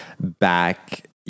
back